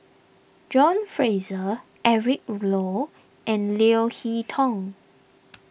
John Fraser Eric Low and Leo Hee Tong